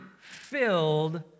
filled